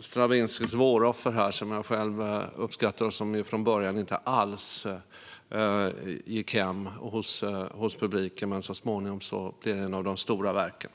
Stravinskys Våroffer , som jag själv uppskattar och som från början inte alls gick hem hos publiken men som så småningom blev ett av de stora verken,